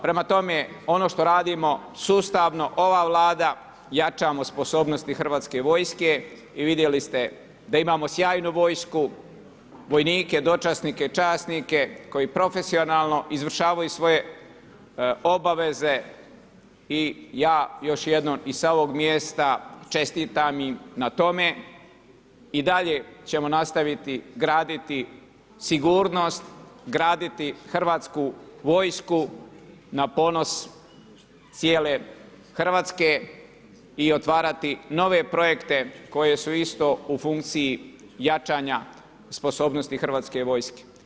Prema tome, ono što radimo, sustavno, ova Vlada jačamo sposobnosti hrvatske vojske i vidjeli ste da imamo sjajnu vojsku, vojnike, dočasnike, časnike, koji profesionalno izvršavaju svoje obaveze i ja još jednom i sa ovog mjesta čestitam im na tome i dalje ćemo nastaviti graditi sigurnost, graditi hrvatsku vojsku na ponos cijele Hrvatske i otvarati nove projekte, koji su isto u funkciji jačanja sposobnosti hrvatske vojske.